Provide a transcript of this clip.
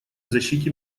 защите